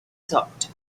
thought